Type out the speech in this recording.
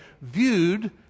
viewed